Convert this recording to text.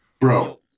Bro